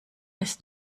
ist